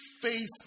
face